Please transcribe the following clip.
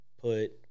put